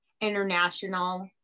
international